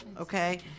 okay